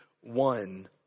one